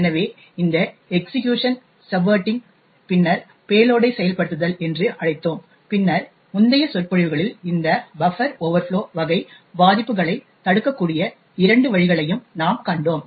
எனவே இதை எக்சீக்யூசனின் சப்வேர்டிங் பின்னர் பேலோடை செயல்படுத்துதல் என்று அழைத்தோம் பின்னர் முந்தைய சொற்பொழிவுகளில் இந்தபஃப்பர் ஓவர்ஃப்ளோ வகை பாதிப்புகளைத் தடுக்கக்கூடிய இரண்டு வழிகளையும் நாம் கண்டோம்